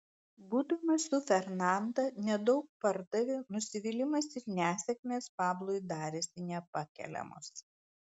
būdamas su fernanda nedaug pardavė nusivylimas ir nesėkmės pablui darėsi nepakeliamos